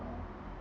uh